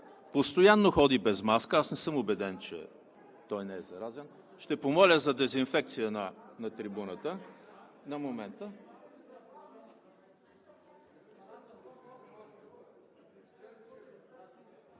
постоянно ходи без маска – аз не съм убеден, че той не е заразен, ще помоля за дезинфекция на трибуната. Господин